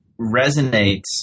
resonates